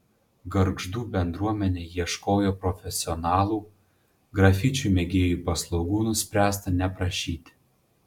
gargždų bendruomenė ieškojo profesionalų grafičių mėgėjų paslaugų nuspręsta neprašyti